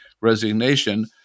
resignation